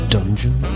Dungeon